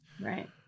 Right